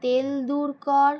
Tendulkar